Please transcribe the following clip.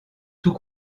tout